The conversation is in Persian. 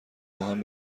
باهم